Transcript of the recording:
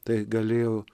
tai galėjo